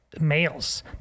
males